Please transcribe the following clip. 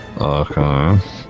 Okay